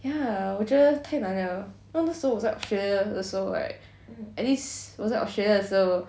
ya 我觉得太难了那时我在 australia 的时候 right at least 我在 australia 的时候